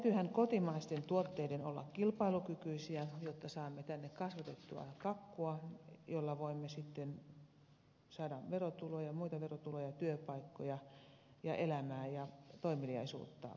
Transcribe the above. täytyyhän kotimaisten tuotteiden olla kilpailukykyisiä jotta saamme tänne kasvatettua kakkua jolla voimme sitten saada muita verotuloja työpaikkoja ja elämää ja toimeliaisuutta alueillemme